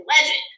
Legend